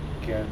okay ah